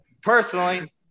Personally